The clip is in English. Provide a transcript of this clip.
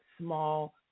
small